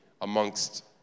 amongst